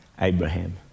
Abraham